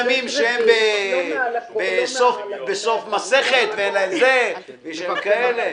שהם בסוף מסכת ואין להם זמן דברים כאלה.